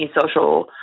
social